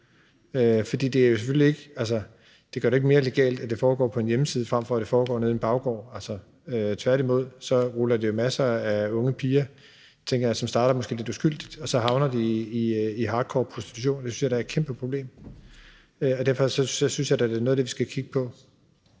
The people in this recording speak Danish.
For det gør det selvfølgelig ikke mere legalt, at det foregår på en hjemmeside, frem for at det foregår nede i en baggård. Tværtimod tænker jeg, at det får nogle unge piger, der måske starter meget uskyldigt, til at havne i hardcore prostitution. Det synes jeg da er et kæmpeproblem. Derfor synes jeg da, at det er noget af det, vi skal kigge på.